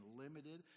limited